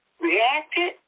reacted